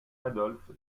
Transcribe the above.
adolphe